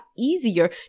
easier